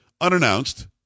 unannounced